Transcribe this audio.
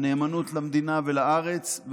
הנאמנות למדינה ולארץ,